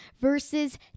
versus